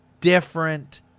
different